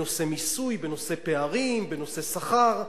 בנושא מיסוי, בנושא פערים, בנושא שכר.